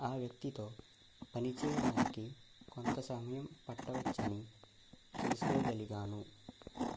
ఆ వ్యక్తితో పనిచేయడానికి కొంతసమయం పట్టవచ్చని తెలుసుకోగలిగాను